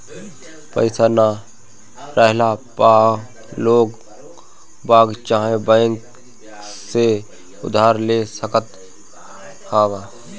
पईसा ना रहला पअ लोगबाग चाहे बैंक से उधार ले सकत हवअ